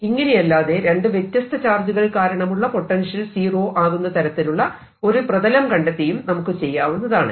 ഇങ്ങനെയല്ലാതെ രണ്ടു വ്യത്യസ്ത ചാർജുകൾ കാരണമുള്ള പൊട്ടൻഷ്യൽ സീറോ ആകുന്ന തരത്തിലുള്ള ഒരു പ്രതലം കണ്ടെത്തിയും നമുക്ക് ചെയ്യാവുന്നതാണ്